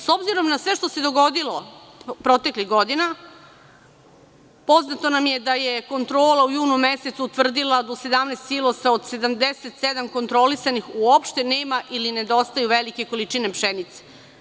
S obzirom na sve što se dogodilo proteklih godina, poznato je da je kontrola u junu mesecu utvrdila da u 17 silosa od 77 kontrolisanih uopšte nema ili nedostaju velike količine pšenice.